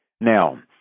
Now